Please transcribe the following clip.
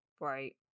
Right